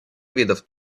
видов